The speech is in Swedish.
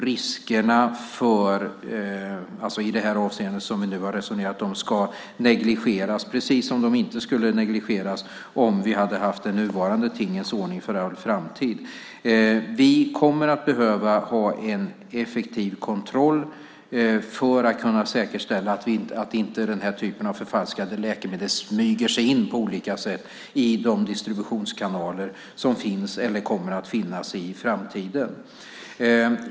Riskerna i det avseende som vi nu har resonerat om ska självfallet inte negligeras, precis som de inte skulle negligeras om vi hade haft den nuvarande tingens ordning för all framtid. Vi kommer att behöva ha en effektiv kontroll för att säkerställa att inte den här typen av förfalskade läkemedel smyger sig in på olika sätt i de distributionskanaler som finns eller kommer att finnas i framtiden.